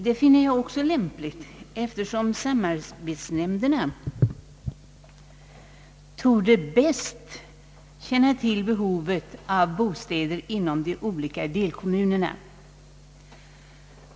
Detta finner jag också lämpligt, eftersom samarbetsnämnderna bäst torde känna till behovet av bostäder inom de olika delkommunerna.